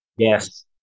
Yes